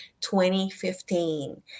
2015